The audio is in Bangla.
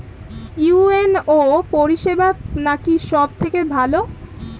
ইউ.এন.ও পরিসেবা নাকি সব থেকে ভালো?